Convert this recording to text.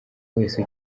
wese